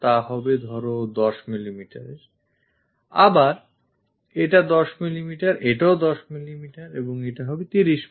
তা হবে ধরো 10 mmএর আবার এটা 10mm এটাও 10mm এবং এটা হবে 30mm